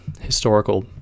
historical